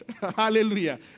Hallelujah